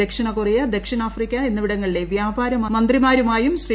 ദക്ഷിണകൊറിയ ദക്ഷിണാഫ്രിക്ക എന്നിവിടങ്ങളിലെ വ്യാപാര മന്ത്രിയുമായും ശ്രീ